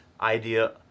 idea